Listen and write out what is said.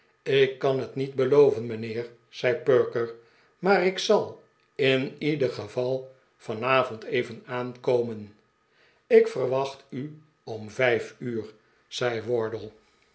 ik kan het niet beloven mijnheer zei perker maar ik zal in ieder geval vanavond even aankomen ik verwacht u om vijf uur zei